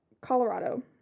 Colorado